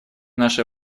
наше